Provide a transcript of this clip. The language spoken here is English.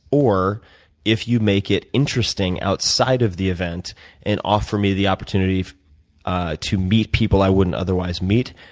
or if you make it interesting outside of the event and offer me the opportunity ah to meet people i wouldn't otherwise meet,